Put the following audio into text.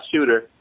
shooter